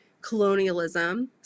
colonialism